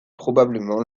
probablement